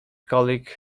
colleague